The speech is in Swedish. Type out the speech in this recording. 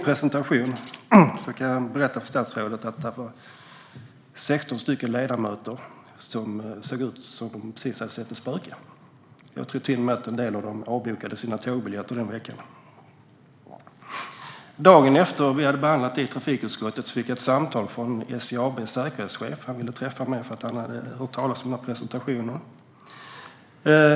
Jag kan berätta för statsrådet att det efter min presentation var 16 ledamöter som såg ut som om de precis hade sett ett spöke. Jag tror till och med att en del av dem avbokade sina tågbiljetter den veckan. Dagen efter att vi behandlat detta i trafikutskottet fick jag ett samtal från SJ AB:s säkerhetschef. Han ville träffa mig efter att ha hört talas om presentationen.